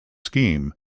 scheme